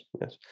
yes